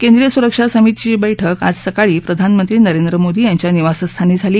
केंद्रीय सुरक्षा समितीची बैठक आज सकाळी प्रधानमंत्री नरेंद्र मोदी यांच्या निवासस्थानी झाली